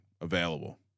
available